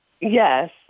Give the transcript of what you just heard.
Yes